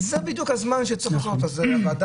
לכנס את הוועדה